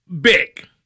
big